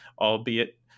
albeit